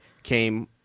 Came